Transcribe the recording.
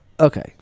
Okay